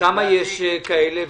כמה יש כאלה?